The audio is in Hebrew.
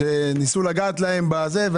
כשניסו לגעת להם בזה,